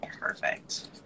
perfect